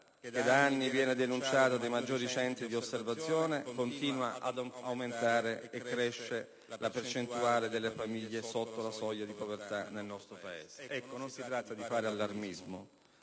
che da anni viene denunciata dai maggiori centri di osservazione - continua ad aumentare e che cresce la percentuale delle famiglie sotto la soglia di povertà. Non si tratta di creare allarmismi,